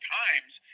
times